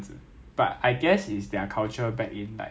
so I think it's the way they are lah